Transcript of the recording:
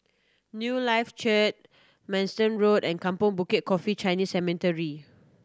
Newlife Church Manston Road and Kampong Bukit Coffee Chinese Cemetery